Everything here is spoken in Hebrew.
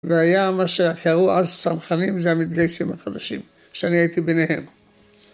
‫והיה מה שהראו אז צנחנים ‫זה המתגייסים החדשים, ‫שאני הייתי ביניהם.